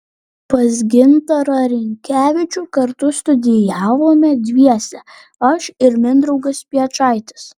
pas gintarą rinkevičių kartu studijavome dviese aš ir mindaugas piečaitis